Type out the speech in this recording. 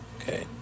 okay